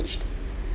damage